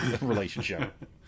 relationship